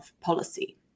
policy